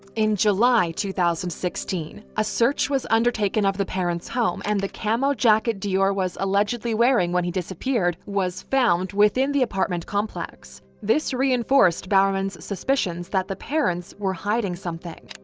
in july two thousand and sixteen, a search was undertaken of the parent's home and the camo jacket deorr was allegedly wearing when he disappeared, was found within the apartment complex. this reinforced bowerman's suspicions that the parents were hiding something.